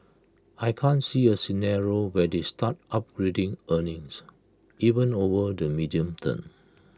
I can't see A scenario where they start upgrading earnings even over the medium term